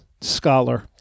scholar